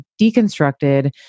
deconstructed